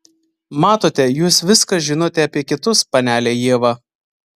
matote jūs viską žinote apie kitus panele ieva